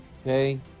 okay